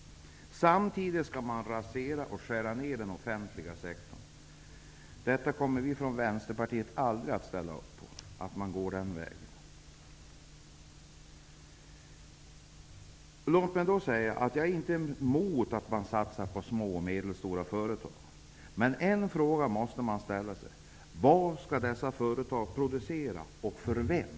Samtidigt skall man rasera och skära ned den offentliga sektorn. Vi från Vänsterpartiet kommer aldrig att ställa upp på att man går den vägen. Jag är inte emot att man satsar på små och medelstora företag, men man måste ställa sig följande frågor: Vad skall dessa företag producera, och för vem?